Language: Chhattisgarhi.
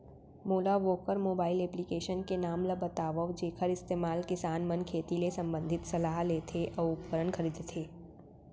मोला वोकर मोबाईल एप्लीकेशन के नाम ल बतावव जेखर इस्तेमाल किसान मन खेती ले संबंधित सलाह लेथे अऊ उपकरण खरीदथे?